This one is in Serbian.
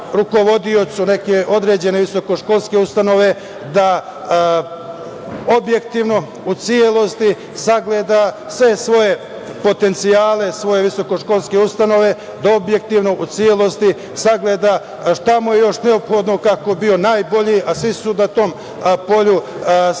rukovodiocu neke određene visokoškolske ustanove da objektivno, u celosti sagleda sve potencijale svoje visokoškolske ustanove, da objektivno sagleda šta mu je još neophodno kako bi bio najbolji, a svi su na tom polju sa